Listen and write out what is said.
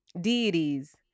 deities